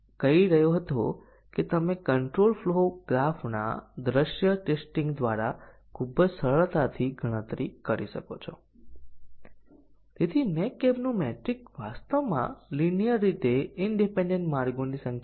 આ સંપૂર્ણ compound condition છે અને ટેસ્ટીંગ ના કેસોએ ખાતરી કરવી જોઈએ કે આ બ્રાંચ ની કન્ડીશન સાચા અને ખોટા મૂલ્યનું મૂલ્યાંકન કરે છે જે બ્રાંચ ના કવરેજની જેમ જ છે